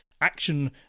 action